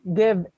give